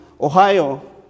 Ohio